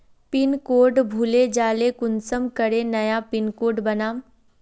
Pin code भूले जाले कुंसम करे नया पिन कोड बनाम?